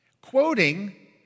quoting